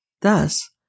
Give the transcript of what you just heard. Thus